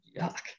Yuck